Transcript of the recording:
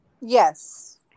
yes